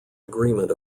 agreement